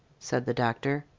said the doctor.